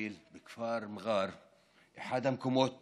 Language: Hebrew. מר'אר, אחד המקומות